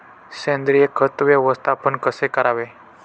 सेंद्रिय खत व्यवस्थापन कसे करावे?